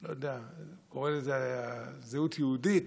הוא קורא לזה "זהות יהודית".